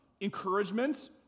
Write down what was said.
encouragement